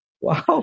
Wow